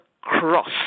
cross